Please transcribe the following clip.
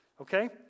Okay